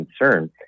concern